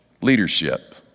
leadership